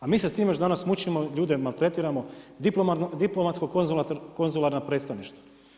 A mi se s tim još danas mučimo, ljude maltretiramo, diplomatsko konzularna predstavništva.